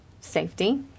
safety